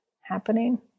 happening